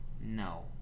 No